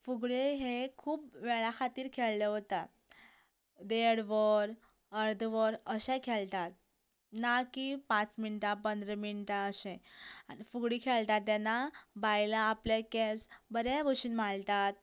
फुगड्यो हें एक खूब वेळा खातीर खेळ्ळें वता देड वर अर्द वर अशें खेळटात ना की पांच मिनटां पंदरा मिनटां अशें फुगडी खेळटा तेन्ना बायलां आपले केंस बरे बशेन माळटात